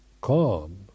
calm